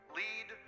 lead